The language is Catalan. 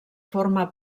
forma